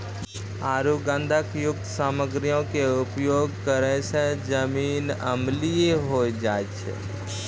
आरु गंधकयुक्त सामग्रीयो के उपयोग करै से जमीन अम्लीय होय जाय छै